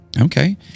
Okay